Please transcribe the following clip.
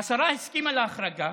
השרה הסכימה להחרגה.